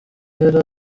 yari